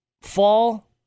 fall